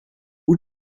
wyt